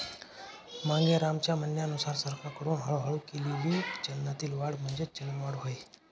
मांगेरामच्या म्हणण्यानुसार सरकारकडून हळूहळू केली गेलेली चलनातील वाढ म्हणजेच चलनवाढ होय